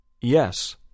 Yes